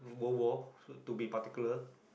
World War to be particular